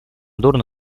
дурно